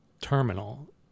terminal